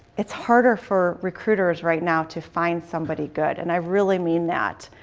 it's harder for recruiters right now to find somebody good and i really mean that.